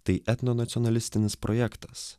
tai etnonacionalistinis projektas